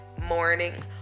morning